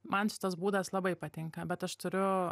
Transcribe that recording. man šitas būdas labai patinka bet aš turiu